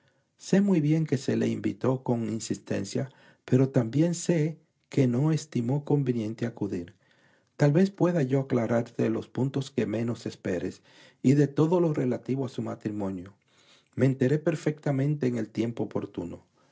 sé muy bien que se le invitó con insistencia pero también sé que no estimó conveniente acudir tal vez pueda yo aclararte los puntos que menos esperes y de todo lo relativo a su matrimonio me enteré perfectamente en el tiempo oportuno